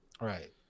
Right